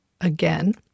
Again